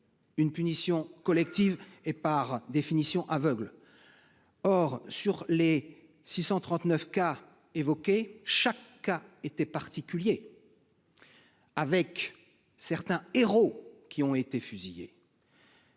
Une punition collective et par définition aveugle. Or sur les 639 cas évoqué chaque cas étaient particuliers. Avec certains héros qui ont été fusillés.